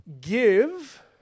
give